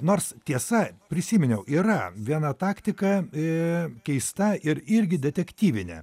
nors tiesa prisiminiau yra viena taktika i keista ir irgi detektyvinė